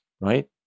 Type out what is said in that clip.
right